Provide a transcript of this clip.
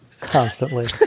Constantly